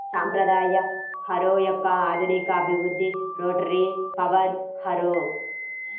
సాంప్రదాయ హారో యొక్క ఆధునిక అభివృద్ధి రోటరీ పవర్ హారో